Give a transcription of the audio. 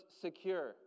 secure